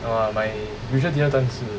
err my usual dinner time 是